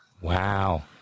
Wow